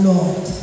Lord